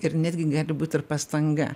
ir netgi gali būt ir pastanga